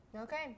Okay